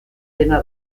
dena